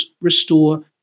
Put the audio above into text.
restore